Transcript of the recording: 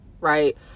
right